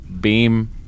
beam